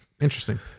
Interesting